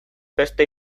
beste